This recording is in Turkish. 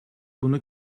bunu